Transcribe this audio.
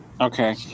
Okay